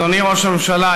אדוני ראש הממשלה,